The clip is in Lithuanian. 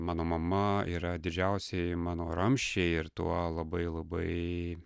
mano mama yra didžiausieji mano ramsčiai ir tuo labai labai